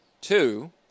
two